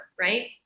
right